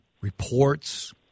reports